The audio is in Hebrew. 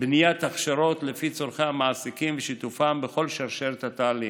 בניית הכשרות לפי צורכי המעסיקים ושיתופם בכל שרשרת התהליך,